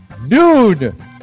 noon